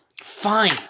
Fine